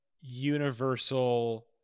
universal